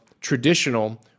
traditional